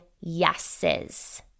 yeses